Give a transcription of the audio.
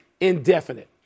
indefinite